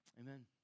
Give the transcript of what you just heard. Amen